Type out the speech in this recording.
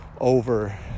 over